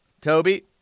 Toby